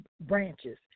branches